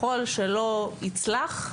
ככל שלא יצלח,